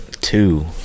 Two